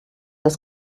das